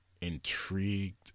intrigued